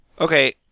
okay